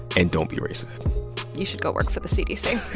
and don't be racist you should go work for the cdc